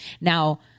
Now